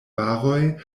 varoj